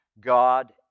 God